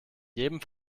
jedem